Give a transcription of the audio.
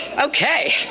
Okay